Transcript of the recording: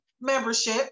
membership